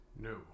No